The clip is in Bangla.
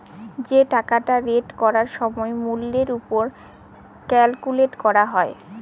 যে টাকাটা রেট করার সময় মূল্যের ওপর ক্যালকুলেট করা হয়